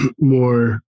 more